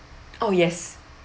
oh yes